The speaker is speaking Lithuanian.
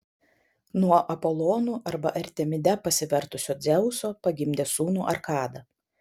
nuo apolonu arba artemide pasivertusio dzeuso pagimdė sūnų arkadą